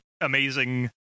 amazing